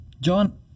John